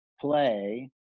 play